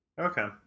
Okay